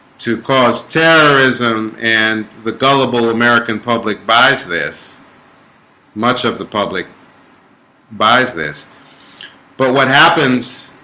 to cause terrorism and the gullible american public buys this much of the public buys this but what happens?